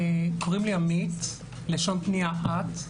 קוראים לי עמית, לשון פנייה את.